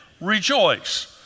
rejoice